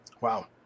Wow